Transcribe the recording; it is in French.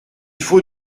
faut